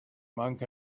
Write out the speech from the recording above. monk